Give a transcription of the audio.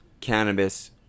cannabis